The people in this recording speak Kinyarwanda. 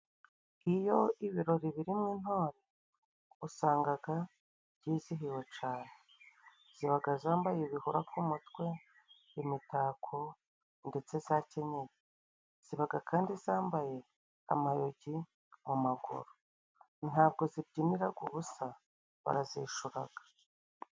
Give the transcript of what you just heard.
Iyo ibirori birimo intore usangaga byizihiwe cane, zibaga zambaye ibihura ku mutwe, imitako, ndetse zakenyeye zibaga kandi zambaye amayogi mu maguru, ntabwo zibyiniraga ubusa barazishuraga.